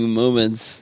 moments